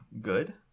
good